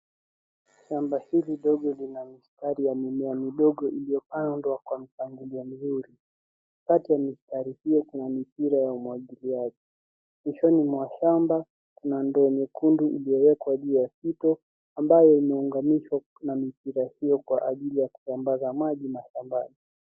Shamba hili dogo lina mistari ya mimea midogo iliyopandwa kwa mpangilio mzuri. Kati ya mistari hizo kuna mipira ya umwagiliaji. Mwishoni mwa shamba kuna ndoo nyekundu iliyowekwa juu ya ukuta, ambayo imeunganishwa na mipira hiyo kwa ajili ya kusambaza maji mashambani.